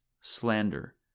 slander